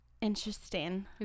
Interesting